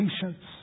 patience